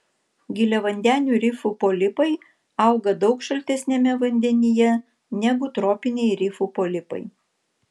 giliavandenių rifų polipai auga daug šaltesniame vandenyje negu tropiniai rifų polipai